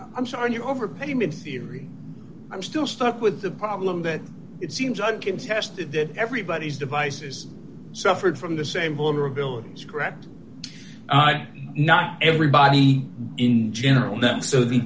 i'm sorry overpayment theory i'm still stuck with the problem that it seems uncontested that everybody's devices suffered from the same vulnerabilities correct not everybody in general not so the